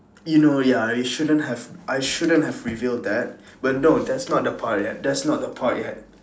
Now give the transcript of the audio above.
you know ya I shouldn't have I shouldn't have revealed that but no that's not the point yet that's not the point yet